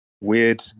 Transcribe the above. weird